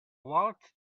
waltz